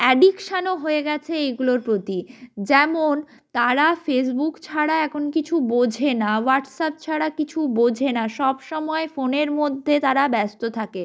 অ্যাডিকশানও হয়ে গেছে এইগুলোর প্রতি যেমন তারা ফেসবুক ছাড়া এখন কিছু বোঝে না ওয়াটসআপ ছাড়া কিছু বোঝে না সব সময় ফোনের মধ্যে তারা ব্যস্ত থাকে